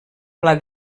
pla